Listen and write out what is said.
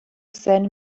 zen